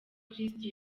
kristo